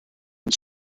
and